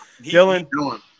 Dylan –